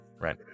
Right